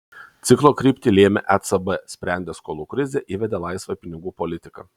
ciklo kryptį lėmė ecb sprendė skolų krizę įvedė laisvą pinigų politiką